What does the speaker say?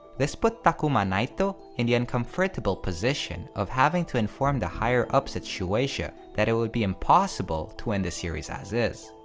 this put takuma naito in the uncomfortable position of having to inform the higher ups at shueisha that it would be impossible to end the series as is,